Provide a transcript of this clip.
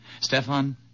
Stefan